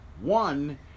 One